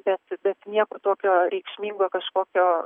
bet bet nieko tokio reikšmingo kažkokio